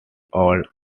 old